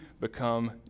become